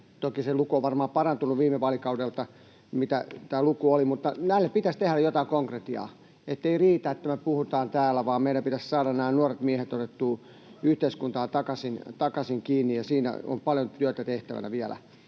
Toki se luku on varmaan parantunut viime vaalikaudelta siitä, mitä tämä luku oli, mutta heille pitäisi tehdä jotain konkretiaa. Ei riitä, että me puhutaan täällä, vaan meidän pitäisi saada nämä nuoret miehet otettua yhteiskuntaan takaisin kiinni, ja siinä on paljon työtä tehtävänä vielä.